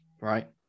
right